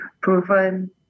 proven